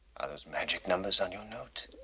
are those magic numbers on your note?